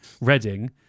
reading